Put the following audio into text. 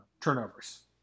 Turnovers